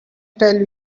tell